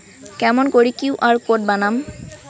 কেমন করি QR code বানাম?